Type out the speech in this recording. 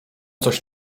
coś